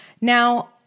Now